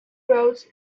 roads